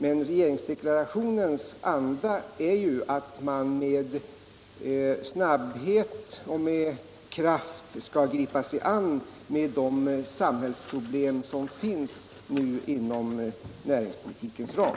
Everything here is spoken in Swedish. Men regeringsdeklarationens anda innebär att man med snabbhet och med kraft skall gripa sig an de samhällsproblem som finns inom näringspolitikens ram.